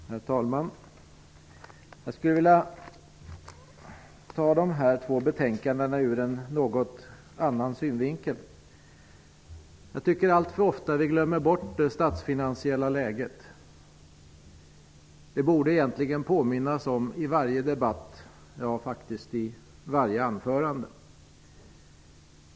Herr talman! Jag skulle vilja diskutera dessa båda betänkanden ur en något annorlunda synvinkel. Jag tycker att det statsfinansiella läget glöms bort alltför ofta. Man borde påminna om det i varje debatt och t.o.m. i varje anförande.